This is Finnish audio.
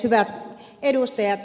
hyvät edustajat